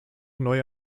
neue